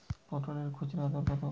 পটলের খুচরা দর কত?